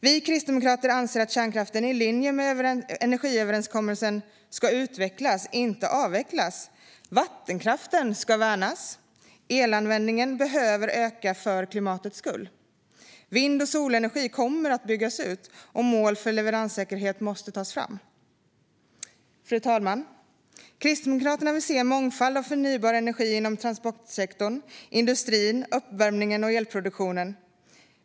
Vi kristdemokrater anser att kärnkraften i linje med energiöverenskommelsen ska utvecklas, inte avvecklas. Vattenkraften ska värnas. Elanvändningen behöver öka för klimatets skull. Vind och solenergi kommer att byggas ut, och mål för leveranssäkerhet måste tas fram. Fru talman! Kristdemokraterna vill se en mångfald av förnybar energi inom transportsektorn, industrin, uppvärmningen och elproduktionen.